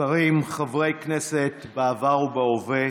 שרים, חברי כנסת בעבר ובהווה,